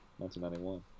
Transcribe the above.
1991